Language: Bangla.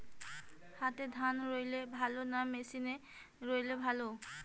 হাতে ধান রুইলে ভালো না মেশিনে রুইলে ভালো?